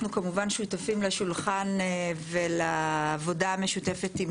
כמובן שותפים לשולחן ולעבודה המשותפת.